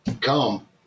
come